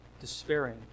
despairing